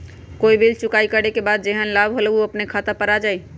कोई बिल चुकाई करे के बाद जेहन लाभ होल उ अपने खाता पर आ जाई?